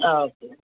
okay